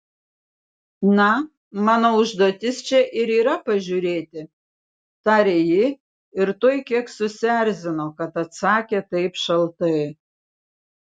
na mano užduotis čia ir yra pažiūrėti tarė ji ir tuoj kiek susierzino kad atsakė taip šaltai